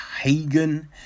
Hagen